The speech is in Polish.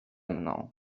mną